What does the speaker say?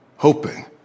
hoping